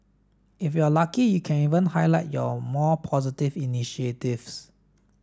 if you are lucky you can even highlight your more positive initiatives